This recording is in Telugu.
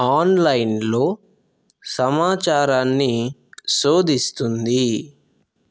ఆన్లైన్లో సమాచారాన్ని శోధిస్తుంది